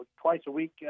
twice-a-week